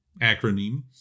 acronym